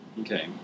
Okay